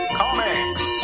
comics